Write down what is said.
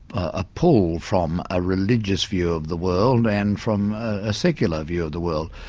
a pull from a religious view of the world and from a secular view of the world.